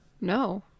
No